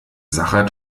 sacher